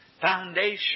Foundation